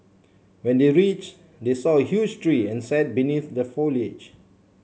when they reach they saw a huge tree and sat beneath the foliage